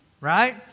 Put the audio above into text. Right